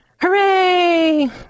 hooray